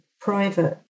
private